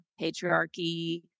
patriarchy